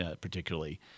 particularly